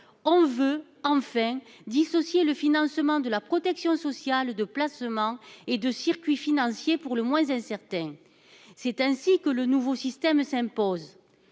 on veut dissocier le financement de la protection sociale de placements et de circuits financiers pour le moins incertains. C'est ainsi que le nouveau système s'impose.